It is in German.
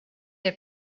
der